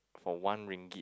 for one ringgit